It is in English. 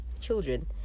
children